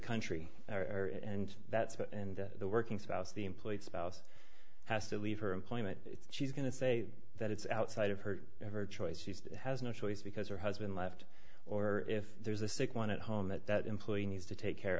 country and that's and the working spouse the employed spouse has to leave her employment she's going to say that it's outside of her of her choice she's has no choice because her husband left or if there's a sick one at home that that employee needs to take care